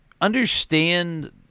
understand